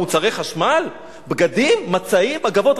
מוצרי חשמל, בגדים, מצעים, מגבות?